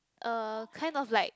uh kind of like